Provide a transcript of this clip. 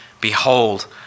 Behold